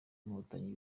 inkotanyi